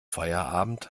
feierabend